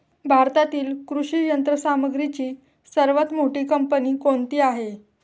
भारतातील कृषी यंत्रसामग्रीची सर्वात मोठी कंपनी कोणती आहे?